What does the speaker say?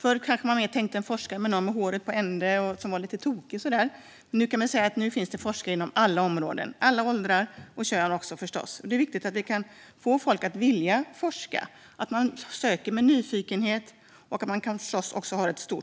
Förr tänkte man kanske att en forskare var någon med håret på ända som var lite tokig. Men numera finns det forskare inom alla områden och i alla åldrar och av olika kön. Det är viktigt att få folk att vilja forska, men det krävs både nyfikenhet och